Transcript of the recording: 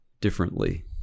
differently